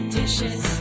dishes